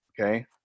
Okay